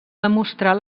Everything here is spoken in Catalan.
demostrar